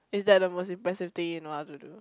is that the most impressive thing you know how to do